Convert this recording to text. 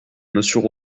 monsieur